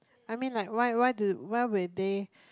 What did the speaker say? I mean like why why do why will they